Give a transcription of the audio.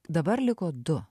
dabar liko du